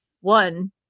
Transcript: one